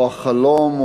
או החלום,